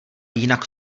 jinak